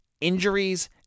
injuries